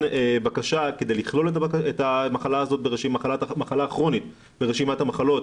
בקשה כדי לכלול את המחלה הכרונית ברשימת המחלות,